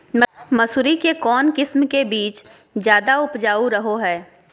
मसूरी के कौन किस्म के बीच ज्यादा उपजाऊ रहो हय?